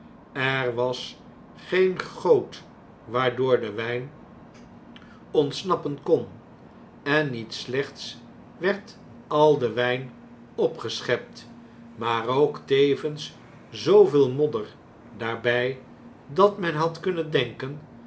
er was geen goot waardoor de wjjn ontsnappen kon en niet slechts werd al de wjjn opgeschept maar ook tevens zooveel modder daarbjj dat men had kunnen denken